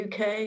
UK